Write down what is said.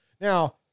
Now